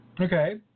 Okay